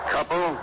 Couple